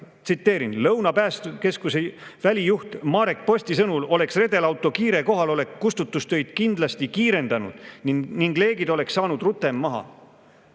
tsiteerin: "Lõuna päästekeskuse välijuht Marek Posti sõnul oleks redelauto kiire kohalolek kustutustöid kindlasti kiirendanud ning leegid oleks saanud rutem maha."